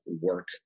work